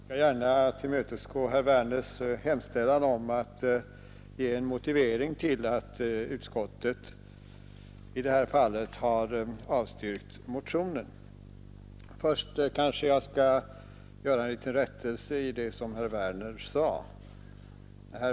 Herr talman! Jag skall gärna tillmötesgå herr Werners hemställan om en motivering till att utskottet i detta fall avstyrkt motionen. Först skall jag göra en liten rättelse i vad herr Werner sade.